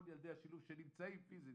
כל ילדי השילוב שנמצאים פיזית,